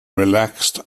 relaxed